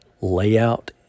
layout